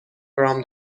from